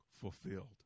Fulfilled